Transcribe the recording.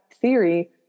theory